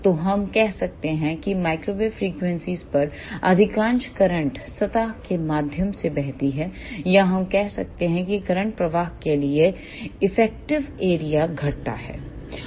तो हम कह सकते हैं कि माइक्रोवेव फ्रीक्वेंसीयों पर अधिकांश करंट सतह के माध्यम से बहती है या हम कह सकते हैं कि करंट प्रवाह के लिए इफेक्टिव एरिया घटता है